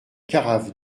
carafe